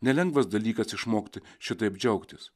nelengvas dalykas išmokti šitaip džiaugtis